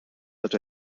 hat